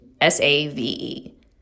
S-A-V-E